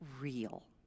real